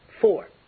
Four